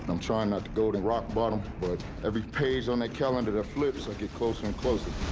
and i'm trying not to go to rock bottom but, every page on the calendar that flips, i get closer and closer.